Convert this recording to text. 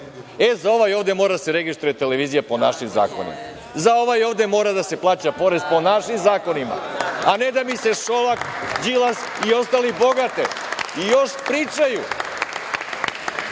Za ovaj ovde mora da se registruje televizija po našim zakonima. Za ovaj ovde mora da se plaća porez po našim zakonima, a ne da mi se Šolak, Đilas i ostali bogate i još pričaju